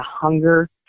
hunger